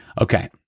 Okay